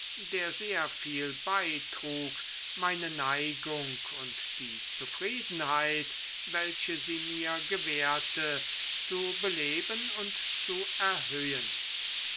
der sehr viel beitrug meine neigung und die zufriedenheit welche sie mir gewährte zu beleben und zu erhöhen